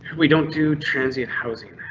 we don't do transient housing.